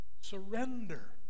surrender